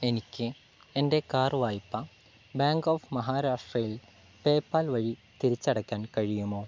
എനിക്ക് എൻ്റെ കാർ വായ്പ ബാങ്ക് ഓഫ് മഹാരാഷ്ട്രയിൽ പേപ്പാൽ വഴി തിരിച്ചടക്കാൻ കഴിയുമോ